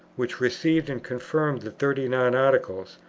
which received and confirmed the thirty nine articles,